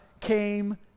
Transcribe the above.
came